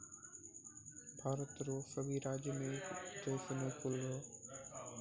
भारत रो सभी राज्य मे एक जैसनो फूलो रो खेती नै करलो जाय छै